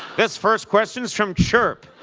this first question is from chirp.